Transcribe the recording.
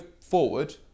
forward